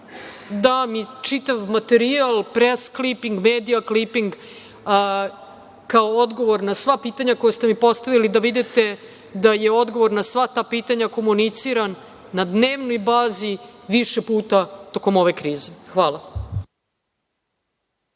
dam i čitav materijal, pres kliping, medija kliping, kao odgovor na sva pitanja koja ste mi postavili da vidite da je odgovor na sva ta pitanja komuniciran na dnevnoj bazi, više puta tokom ove krize. Hvala.